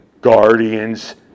Guardians